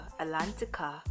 atlantica